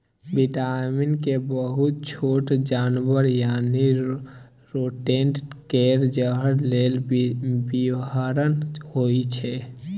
vitamin के बहुत छोट जानबर यानी रोडेंट केर जहर लेल बिषहरण होइ छै